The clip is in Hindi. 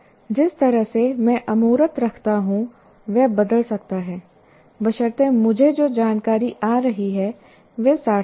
जिस तरह से मैं अमूर्त रखता हूं वह बदल सकता है बशर्ते मुझे जो जानकारी आ रही है वह सार्थक हो